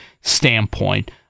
standpoint